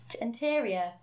interior